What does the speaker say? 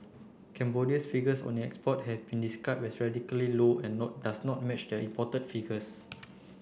Cambodia's figures on its export have been as radically low and not does not match the imported figures